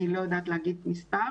אני לא יודעת לומר מספר.